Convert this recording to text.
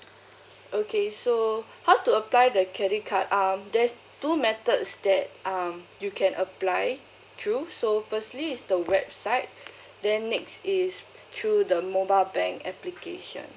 okay so how to apply the credit card um there's two methods that um you can apply through so firstly is the website then next is through the mobile bank application